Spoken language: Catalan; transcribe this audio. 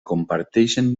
comparteixen